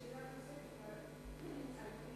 שאלה נוספת,